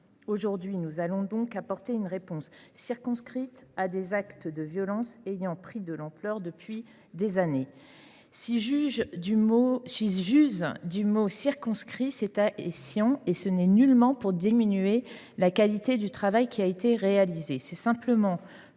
Aujourd’hui, nous allons donc apporter une réponse circonscrite à des actes de violence ayant pris de l’ampleur depuis des années. Si j’use du mot « circonscrit », c’est à bon escient : il ne s’agit nullement de diminuer la qualité du travail qui a été réalisé.